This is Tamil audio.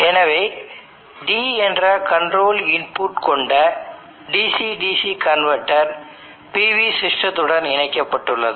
எனவே d என்ற கண்ட்ரோல் இன்புட் கொண்ட DC DC கன்வேர்டர் PV சிஸ்டத்துடன் இணைக்கப்பட்டுள்ளது